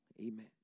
Amen